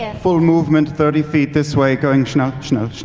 and full movement, thirty feet this way, going schnell, schnell,